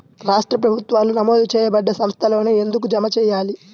రాష్ట్ర ప్రభుత్వాలు నమోదు చేయబడ్డ సంస్థలలోనే ఎందుకు జమ చెయ్యాలి?